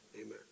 Amen